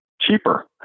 cheaper